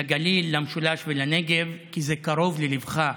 לגליל, למשולש ולנגב, כי זה קרוב לליבך,